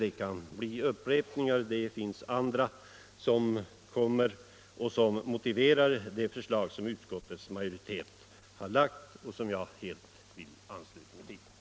Det kan bli upprepningar, och andra kommer att motivera det förslag som utskottets majoritet har framlagt och som jag helt vill ansluta mig till.